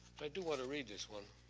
i do want to read this one.